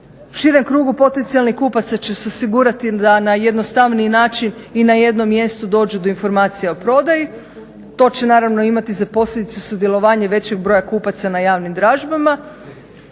Širem krugu potencijalnih kupaca će se osigurati da na jednostavniji načini na jednom mjestu dođu do informacija o prodaji. To će naravno imati za posljedicu sudjelovanje većeg broja kupaca na javnim dražbama.